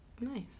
nice